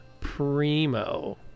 primo